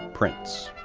printz,